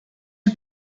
est